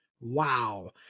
Wow